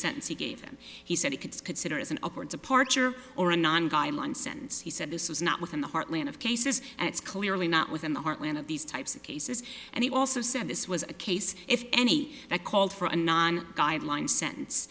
sentence he gave him he said he could consider as an upward supporter or a non guideline sentence he said this was not within the heartland of cases and it's clearly not within the heartland of these types of cases and he also said this was a case if any that called for a non guideline sentence